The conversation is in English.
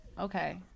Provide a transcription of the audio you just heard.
Okay